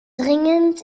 dringend